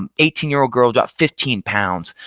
um eighteen year old girl dropped fifteen pounds.